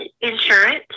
Insurance